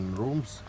rooms